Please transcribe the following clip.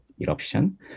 eruption